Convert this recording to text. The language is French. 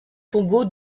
tombeau